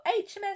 hms